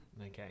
Okay